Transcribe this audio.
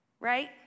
right